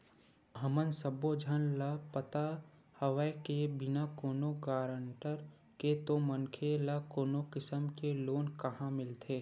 हमन सब्बो झन ल पता हवय के बिना कोनो गारंटर के तो मनखे ल कोनो किसम के लोन काँहा मिलथे